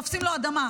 תופסים אדמה.